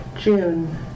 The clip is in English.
June